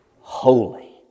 holy